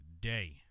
day